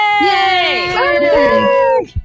Yay